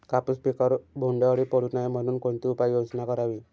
कापूस पिकावर बोंडअळी पडू नये म्हणून कोणती उपाययोजना करावी?